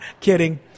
Kidding